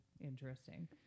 interesting